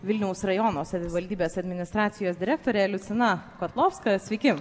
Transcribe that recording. vilniaus rajono savivaldybės administracijos direktorė liucina kotlovska sveiki